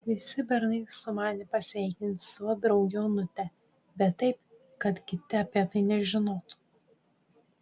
visi bernai sumanė pasveikinti savo draugę onutę bet taip kad kiti apie tai nežinotų